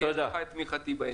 יש לך את תמיכתי בעניין הזה.